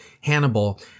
Hannibal